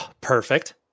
perfect